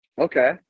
Okay